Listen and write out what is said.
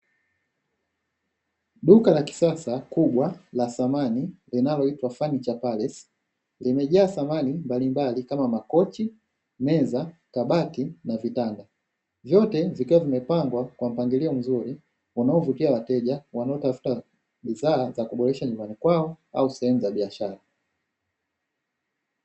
Duka la kisasa kubwa la samani linaloitwa (FURNITURE PALACE), limejaa samani mbalimbali kama makochi, meza, kabati na vitanda. Vyote vikiwa vimepangwa kwa mpangilio mzuri, unaovutia wateja wanaotafuta bidhaa za kuboresha nyumbani kwao au sehemu za biashara.